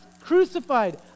crucified